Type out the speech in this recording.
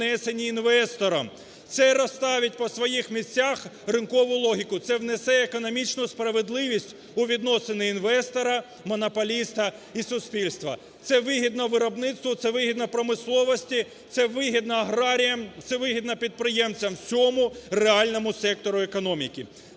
Це вигідно виробництву, це вигідно промисловості, це вигідно аграріям, це вигідно підприємцям, всьому реальному сектору економіки.